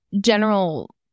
general